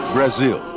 Brazil